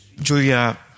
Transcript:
Julia